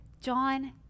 John